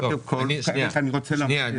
קודם כול, אני רוצה להבהיר.